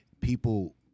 people